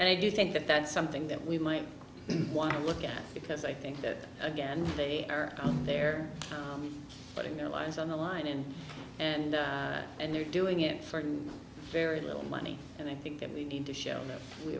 i do think that that's something that we might want to look at because i think that again they are they're putting their lives on the line and and and they're doing it for very little money and i think that we need to sh